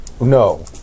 No